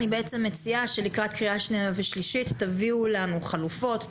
אני בעצם מציעה שלקראת קריאה שנייה ושלישית תביאו לנו חלופות,